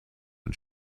und